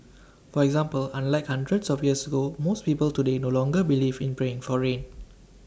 for example unlike hundreds of years ago most people today no longer believe in praying for rain